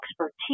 expertise